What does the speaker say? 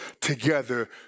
together